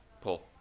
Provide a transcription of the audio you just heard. pull